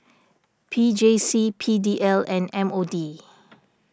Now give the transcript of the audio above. P J C P D L and M O D